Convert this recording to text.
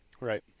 Right